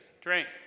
Drink